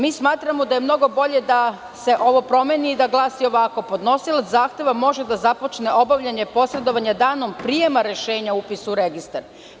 Mi smatramo da je mnogo bolje da se ovo promeni i da glasi ovako: „Podnosilac zahteva može da započne obavljanje posredovanja danom prijema rešenja o upisu u Registar“